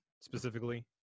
specifically